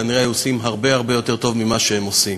כנראה היו עושים הרבה הרבה יותר טוב ממה שהם עושים.